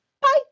Bye